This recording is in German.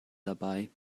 dabei